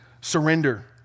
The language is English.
surrender